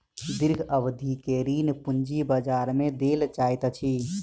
दीर्घ अवधि के ऋण पूंजी बजार में देल जाइत अछि